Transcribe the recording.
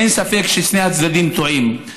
אין ספק ששני הצדדים טועים.